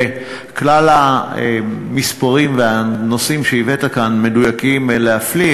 וכלל המספרים והנושאים שהבאת כאן מדויקים להפליא.